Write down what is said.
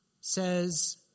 says